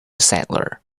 settler